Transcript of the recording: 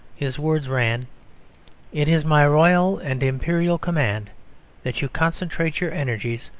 his words ran it is my royal and imperial command that you concentrate your energies,